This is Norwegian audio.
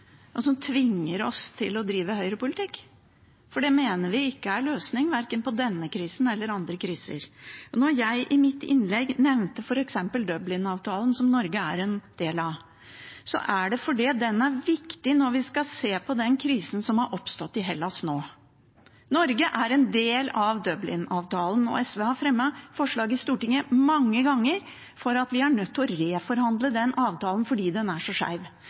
som tvinger oss til å drive høyrepolitikk, for det mener vi ikke er noen løsning på verken denne krisen eller andre kriser. Da jeg i mitt innlegg nevnte f.eks. Dublinavtalen, som Norge er en del av, var det fordi den er viktig når vi skal se på krisen som har oppstått i Hellas nå. Norge er en del av Dublinavtalen, og SV har fremmet forslag i Stortinget mange ganger om at vi er nødt til å reforhandle den avtalen fordi den er så